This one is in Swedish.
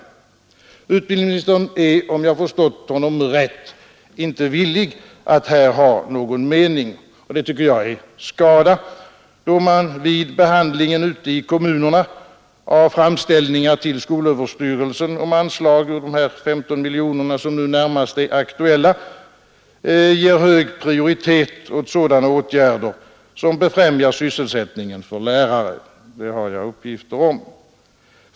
Om jag förstod utbildningsministern rätt är han inte villig att där deklarera någon mening. Det tycker jag är skada, då man vid behandlingen ute i kommunerna av framställningar till skolöverstyrelsen om anslag ur de 15 miljoner som nu närmast är aktuella ger hög prioritet åt sådana åtgärder som befrämjar sysselsättningen för lärare; det har jag uppgifter om.